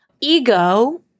Ego